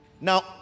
Now